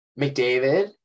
McDavid